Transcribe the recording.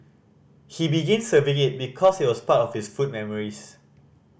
he begin serving it because it was part of his food memories